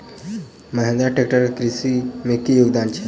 Mahindra tractor केँ कृषि मे की योगदान छै?